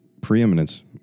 Preeminence